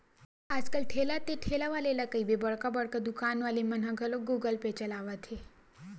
आज कल ठेला ते ठेला वाले ला कहिबे बड़का बड़का दुकान वाले मन ह घलोक गुगल पे चलावत हे